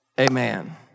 amen